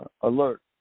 alert